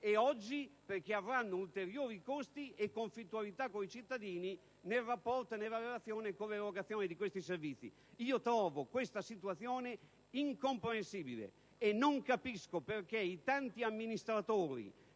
ed oggi, perché dovranno sostenere ulteriori costi e conflittualità con i cittadini nel rapporto e nella relazione con l'erogazione di questi servizi. Trovo questa situazione incomprensibile e non capisco perché i tanti amministratori